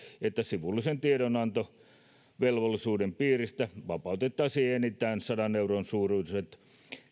että sivullisen tiedonantovelvollisuuden piiristä vapautettaisiin enintään sadan euron suuruiset